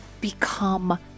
become